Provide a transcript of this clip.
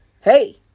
hey